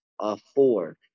afford